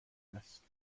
است